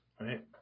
right